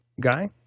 Guy